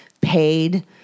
paid